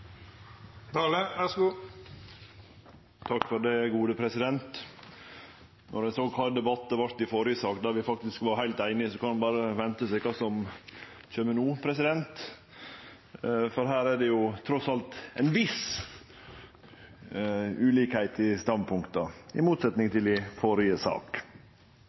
Når ein såg kva for debatt det vart i førre sak, der vi faktisk var heilt einige, kan ein berre vente seg kva som kjem no, for her er det trass i alt ein viss ulikskap i standpunkta, i motsetning til i førre sak.